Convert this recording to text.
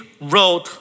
wrote